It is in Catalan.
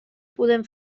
podem